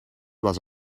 was